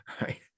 right